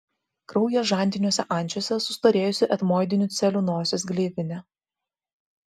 kraujas žandiniuose ančiuose sustorėjusi etmoidinių celių nosies gleivinė